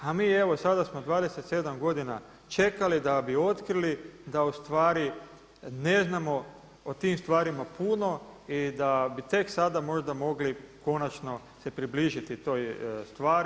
A mi evo sada smo 27 godina čekali da bi otkrili da u stvari ne znamo o tim stvarima puno i da bi tek sada možda mogli konačno se približiti toj stvari.